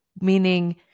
Meaning